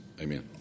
amen